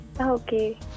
Okay